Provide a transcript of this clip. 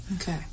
okay